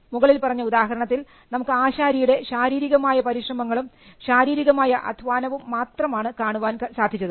മുകളിൽ പറഞ്ഞ ഉദാഹരണത്തിൽ നമുക്ക് ആശാരിയുടെ ശാരീരികമായ പരിശ്രമങ്ങളും ശാരീരികമായ അധ്വാനവും മാത്രമാണ് കാണുവാൻ സാധിച്ചത്